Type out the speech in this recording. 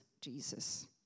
Jesus